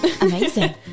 amazing